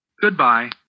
Goodbye